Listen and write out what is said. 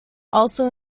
also